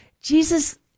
Jesus